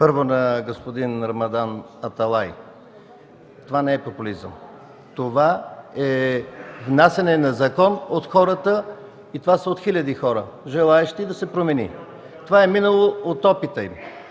Първо – на господин Рамадан Аталай. Това не е популизъм. Това е внасяне на закон от хората и това са хиляди хора, желаещи да се промени. Това е минало, това е